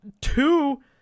two